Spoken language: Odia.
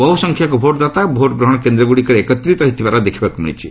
ବହୁସଂଖ୍ୟକ ଭୋଟ୍ଦାତା ଭୋଟ୍ଗ୍ରହଣ କେନ୍ଦ୍ର ଗୁଡ଼ିକରେ ଏକତ୍ରିତ ହୋଇଥିବାର ଦେଖିବାକୁ ମିଳିଛି